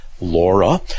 Laura